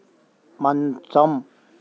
మంచం